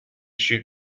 shoot